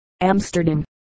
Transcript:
Amsterdam